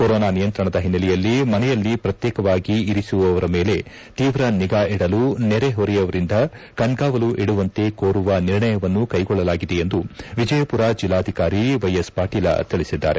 corona ನಿಯಂತ್ರಣದ ಓನ್ನೆಲೆಯಲ್ಲಿ ಮನೆಯಲ್ಲಿ ಪ್ರತ್ಯೇಕವಾಗಿ ಇರಿಸಿರುವವರ ಮೇಲೆ ತೀವ್ರ ನಿಗಾ ಇಡಲು ನೆರೆಹೊರೆಯವರಿಂದ ಕಣ್ಗಾವಲು ಇಡುವಂತೆ ಕೋರುವ ನಿರ್ಣಯವನ್ನು ಕೈಗೊಳ್ಳಲಾಗಿದೆ ಎಂದು ವಿಜಯಮರ ಜಿಲ್ಲಾಧಿಕಾರಿ ವೈಎಸ್ ಪಾಟೀಲ ತಿಳಿಸಿದ್ದಾರೆ